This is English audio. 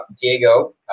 Diego